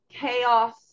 chaos